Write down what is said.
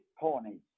ponies